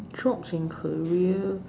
jobs and career